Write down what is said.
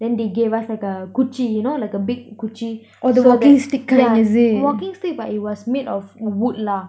then they gave us like a kuchi like you know a big kuchi so that yeah walking stick but it was made of wood lah